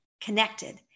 connected